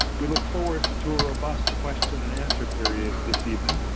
we look forward to a robust question and answer period this evening.